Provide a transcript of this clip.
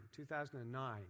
2009